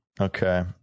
Okay